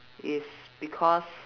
is because